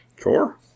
sure